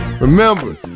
Remember